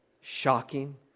Shocking